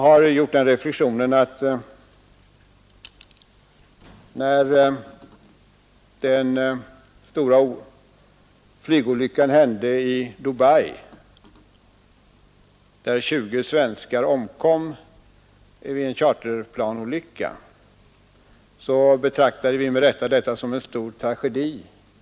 När den stora flygolyckan hände i Dubai, där 20 svenskar omkom vid en charterplanolycka, betraktade vi den med rätta som en stor tragedi.